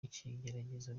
ikigeragezo